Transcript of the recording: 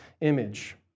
image